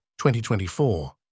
2024